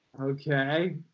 okay